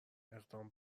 اقدام